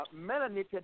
melanated